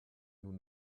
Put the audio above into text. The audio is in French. nous